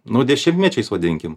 nu dešimtmečiais vadinkim